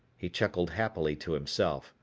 he chuckled happily to himself.